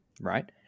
right